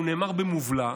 הוא נאמר במובלע,